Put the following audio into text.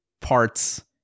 parts